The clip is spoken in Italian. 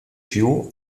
più